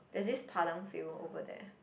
there's this Padang field over there